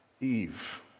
Eve